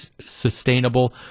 sustainable